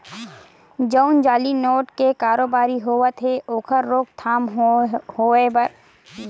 जउन जाली नोट के कारोबारी होवत हे ओखर रोकथाम होवय कहिके जुन्ना नोट ल बंद करे जाथे